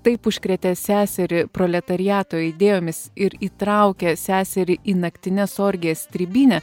taip užkrėtė seserį proletariato idėjomis ir įtraukė seserį į naktines orgijas stribyne